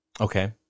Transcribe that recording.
Okay